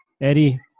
Eddie